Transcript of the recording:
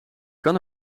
kan